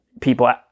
people